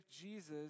Jesus